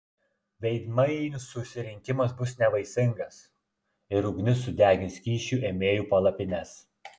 veidmainių susirinkimas bus nevaisingas ir ugnis sudegins kyšių ėmėjų palapines